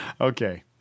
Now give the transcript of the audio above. Okay